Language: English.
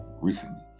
recently